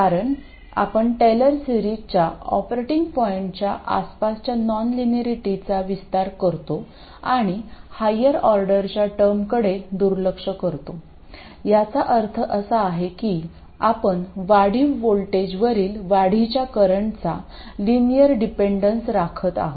कारण आपण टेलर सिरीजच्या ऑपरेटिंग पॉईंटच्या आसपासच्या नॉनलिनिरेटीचा विस्तार करतो आणि हायर ऑर्डरच्या टर्मकडे दुर्लक्ष करतो याचा अर्थ असा की आपण वाढीव व्होल्टेजवरील वाढीच्या करंटचा लिनियर डिपेंडन्स राखत आहोत